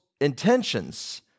intentions